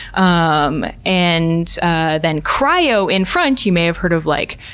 um and ah then cryo in front you may have heard of, like,